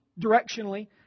directionally